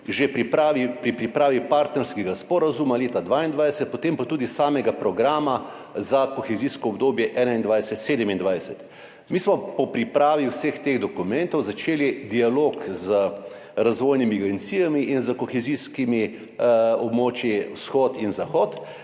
že pri pripravi partnerskega sporazuma leta 2022, potem pa tudi samega programa za kohezijsko obdobje 2021–2027. Mi smo po pripravi vseh teh dokumentov začeli dialog z razvojnimi agencijami in s kohezijskimi območji vzhod in zahod,